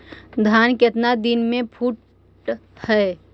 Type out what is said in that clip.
धान केतना दिन में फुट है?